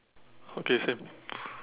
okay same